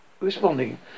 responding